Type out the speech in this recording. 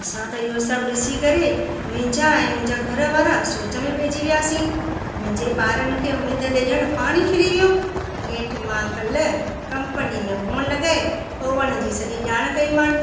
असां त इहो सभु ॾिसी करे मुंहिंजा ऐं मुंहिंजा घरवारा सोच में पइजी वियासीं मुंहिंजे ॿारनि खे उमेद ते ॼण पाणी फिरी वियो नेठि मां कल कंपनी में फोन लॻाए ओवन जी सॼी ॼाण कईमांव